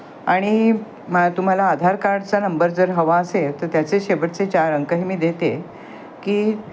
आणि मा तुम्हाला आधार कार्डचा नंबर जर हवा असेल तर त्याचे शेबटचे चार अंकही मी देते की